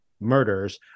murders